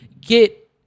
get